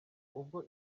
ubwo